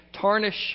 tarnish